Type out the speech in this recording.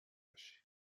باشی